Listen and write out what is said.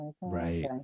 Right